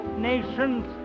nation's